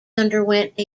underwent